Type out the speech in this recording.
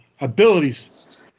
abilities